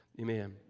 Amen